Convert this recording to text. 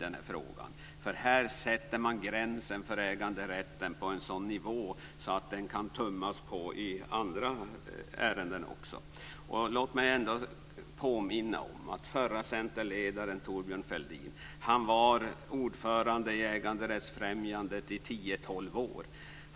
Man sätter gränsen för äganderätten på en sådan nivå att den kan tummas på också i andra situationer. Låt mig bara påminna om att den förre centerledaren Thorbjörn Fälldin var ordförande i äganderättsfrämjandet i 10-12 år.